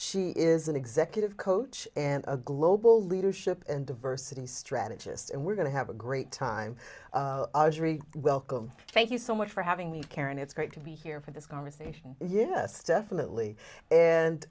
she is an executive coach and a global leadership and diversity strategist and we're going to have a great time welcome thank you so much for having me karen it's great to be here for this conversation yes definitely and